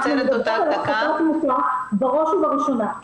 אנחנו מדברות על הפחתת תמותה בראש ובראשונה.